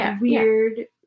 weird